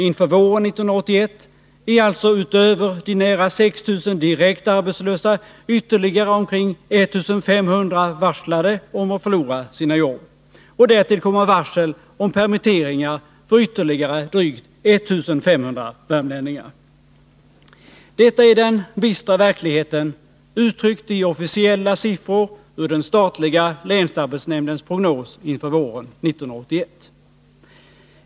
Inför våren 1981 är utöver de nära 6 000 direkt arbetslösa ytterligare omkring 1500 varslade om att förlora sina jobb. Därtill kommer varsel om permitteringar för ytterligare drygt 1500 värmlänningar. Detta är den bistra verkligheten uttryckt i officiella siffror i den statliga länsarbetsnämndens prognos inför våren 1981.